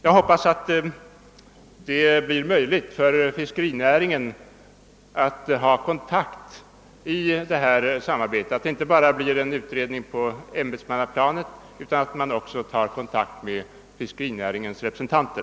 Jag hoppas det skall bli möjligt för fiskerinäringen att hålla behövliga kontakter i förberedelserna för det nordiska samarbetet och att därför den utredning som kommer att verkställas inte bara göres på ämbetsmannaplanet utan att utredarna också tar kontakt med fiskerinäringens representanter.